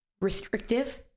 restrictive